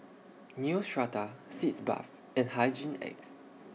Neostrata Sitz Bath and Hygin X